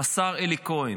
השר אלי כהן.